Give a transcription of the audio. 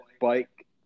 bike